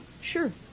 Sure